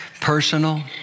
Personal